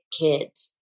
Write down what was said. kids